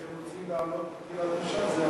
אתם רוצים להעלות את גיל הפרישה?